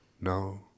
no